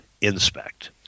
inspect